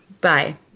Bye